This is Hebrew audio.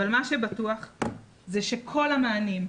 אבל מה שבטוח זה שכל המענים,